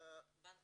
מבנק